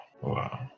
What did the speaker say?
Wow